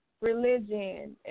religion